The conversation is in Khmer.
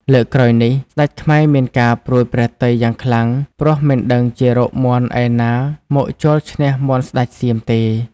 លើកក្រោយនេះ ស្ដេចខ្មែរមានការព្រួយព្រះទ័យយ៉ាងខ្លាំង ព្រោះមិនដឹងជារកមាន់ឯណាមកជល់ឈ្នះមាន់ស្ដេចសៀមទេ។